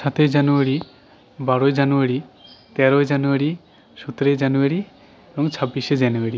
সাতই জানুয়ারি বারোই জানুয়ারি তেরোই জানুয়ারি সতেরোই জানুয়ারি এবং ছাব্বিশে জানুয়ারি